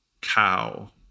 cow